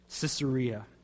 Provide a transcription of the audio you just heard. Caesarea